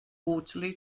waterloo